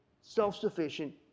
self-sufficient